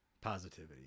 positivity